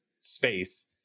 space